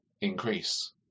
increase